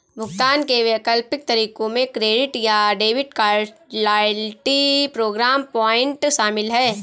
भुगतान के वैकल्पिक तरीकों में क्रेडिट या debit card, loyalty program point शामिल है